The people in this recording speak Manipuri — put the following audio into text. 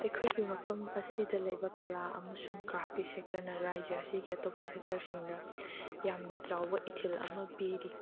ꯑꯩꯈꯣꯏꯒꯤ ꯃꯐꯝ ꯑꯁꯤꯗ ꯂꯩꯕ ꯀꯂꯥ ꯑꯃꯁꯨꯡ ꯀ꯭ꯔꯥꯐꯀꯤ ꯁꯦꯛꯇꯔꯅ ꯔꯥꯏꯖ꯭ꯌ ꯑꯁꯤꯒꯤ ꯑꯇꯣꯞꯄ ꯁꯦꯛꯇꯔꯁꯤꯡꯗ ꯌꯥꯝꯅ ꯆꯥꯎꯕ ꯏꯊꯤꯜ ꯑꯃ ꯄꯤꯔꯤ